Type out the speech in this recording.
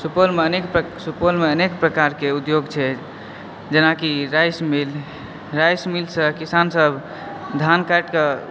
सुपौलमे अनेक प्रकार सुपौलमे अनेक प्रकारके उद्योग छै जेनाकि राइस मिल राइस मिल से किसानसभ धान काटिकऽ